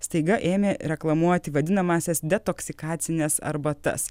staiga ėmė reklamuoti vadinamąsias detoksikacines arbatas